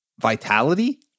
vitality